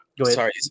Sorry